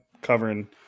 covering